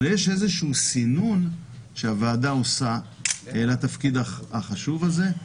אבל יש איזשהו סינון שהוועדה עושה אל התפקיד החשוב הזה.